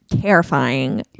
terrifying